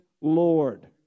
Lord